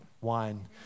wine